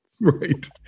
Right